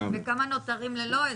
כמה נותרים ללא הסדר?